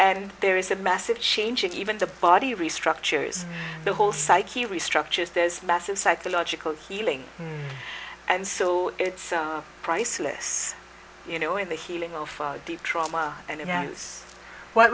and there is a massive change in even the body restructures the whole psyche restructures there's massive psychological healing and so it's priceless you know in the healing of the trauma and